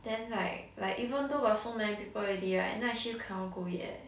then like like even though got so many people already right night shift cannot go yet